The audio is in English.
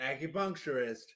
acupuncturist